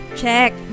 check